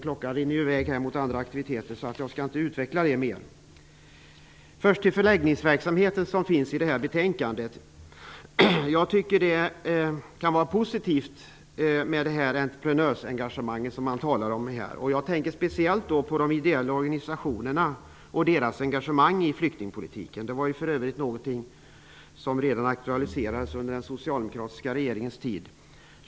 Entreprenörsengagemanget när det gäller förläggningsverksamheten, som det talas om i betänkandet, kan vara positivt. Jag tänker speciellt på de ideella organisationerna och deras engagemang i flyktingpolitiken. Den frågan aktualiserades för övrigt redan under den socialdemokratiska regeringens tid.